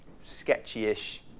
sketchy-ish